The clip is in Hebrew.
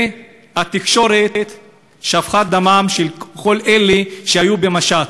והתקשורת שפכה דמם של כל אלה שהיו במשט.